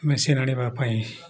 machine ଆଣିବା ପାଇଁ